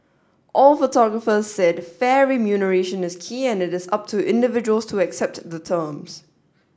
all photographers said fair remuneration is key and it is up to individuals to accept the terms